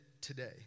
today